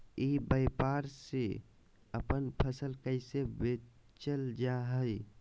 ई व्यापार से अपन फसल कैसे बेचल जा हाय?